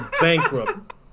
bankrupt